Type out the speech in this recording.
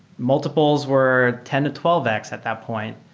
multiples were ten to twelve x at that point.